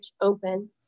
open